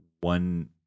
one